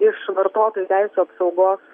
iš vartotojų teisių apsaugos